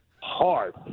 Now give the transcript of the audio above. hard